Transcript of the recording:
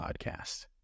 podcast